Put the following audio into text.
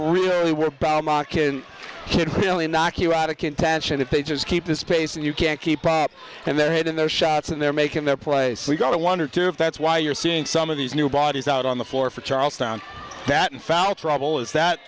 kid really knock you out of contention if they just keep this pace and you can't keep up and their head in their shots and they're making their place we've got to wonder too if that's why you're seeing some of these new bodies out on the floor for charlestown that in foul trouble is that